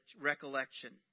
Recollection